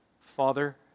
Father